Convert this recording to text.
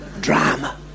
drama